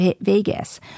Vegas